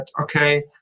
okay